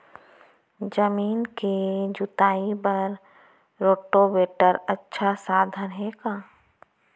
जमीन के जुताई बर रोटोवेटर अच्छा साधन हे का?